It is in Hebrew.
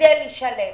כדי לשלם.